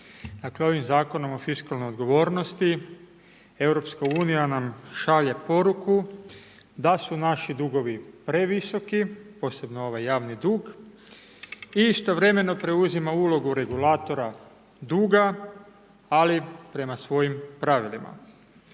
ovim Zakonom o fiskalnoj odgovornosti EU nam šalje poruku da su naši dugovi previsoki, posebno ovaj javni dug i istovremeno preuzima ulogu regulatora duga, ali prema svojim pravilima.